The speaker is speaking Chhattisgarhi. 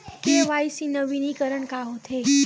के.वाई.सी नवीनीकरण का होथे?